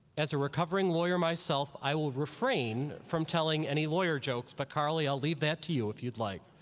as a recovering lawyer myself i will refrain from telling any lawyer jokes, but carly i'll leave that to you, if you'd like.